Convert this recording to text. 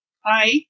Hi